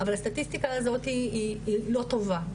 אבל הסטטיסטיקה הזאת היא לא טובה,